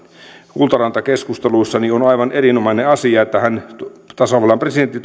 kultaranta keskusteluissa on on aivan erinomainen asia että tasavallan presidentti